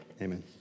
Amen